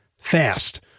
Fast